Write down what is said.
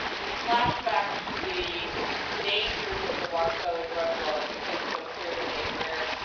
the flashback to the dangers of the rockefeller drug laws became so clear to me, where,